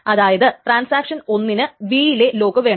അതായത് ട്രാൻസാക്ഷൻ 1 ന് B യിലെ ലോക്ക് വേണം